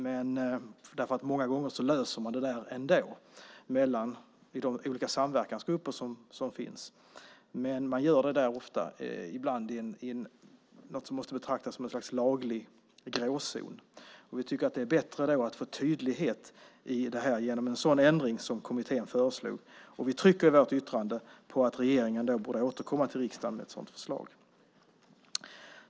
Många gånger löser man detta ändå i de olika samverkansgrupper som finns. Men man gör det ibland i något som måste betraktas som något slags laglig gråzon. Vi tycker att det är bättre att få tydlighet i detta genom en sådan ändring som kommittén föreslog, och vi trycker i vårt särskilda yttrande på att regeringen borde återkomma till riksdagen med ett sådant förslag.